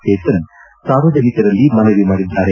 ಜೇತನ್ ಸಾರ್ವಜನಿಕರಲ್ಲಿ ಮನವಿ ಮಾಡಿದ್ದಾರೆ